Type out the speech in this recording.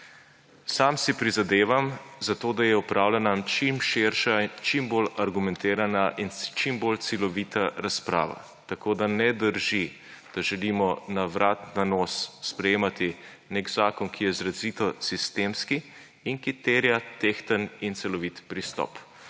Sam si prizadevam za to, da je opravljena čim širša, čim bolj argumentirana in čim bolj celovita razprava, tako da ne drži, da želimo na vrat na nos sprejemati nek zakon, ki je izrazito sistemski in ki terja tehten in celovit pristop.